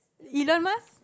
Elon-Musk